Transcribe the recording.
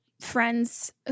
friends